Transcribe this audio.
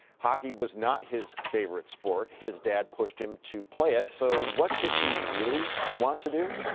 hockey was not his favorite sport. his dad pushed him to play it so what did he really want to do?